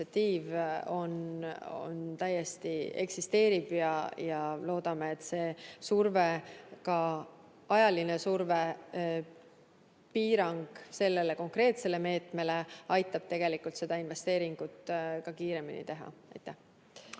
täiesti eksisteerib ja loodame, et see surve, ka ajaline piirang sellele konkreetsele meetmele aitab seda investeeringut kiiremini teha. Aitäh!